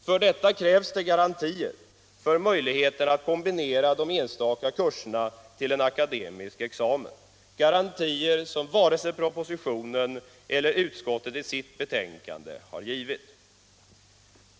För detta krävs garantier för möjligheterna att kombinera de enstaka kurserna till en akademisk examen. Sådana garantier har inte givits vare sig i propositionen eller i utskottsbetänkandet.